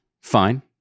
Fine